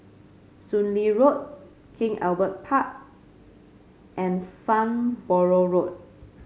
Soon Lee Road King Albert Park and Farnborough Road